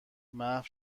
محو